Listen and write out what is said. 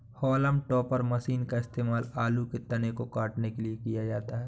haulm topper machine का इस्तेमाल आलू के तने को काटने के लिए किया जाता है